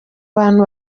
bantu